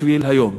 בשביל היום.